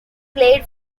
played